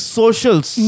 socials